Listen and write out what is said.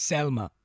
Selma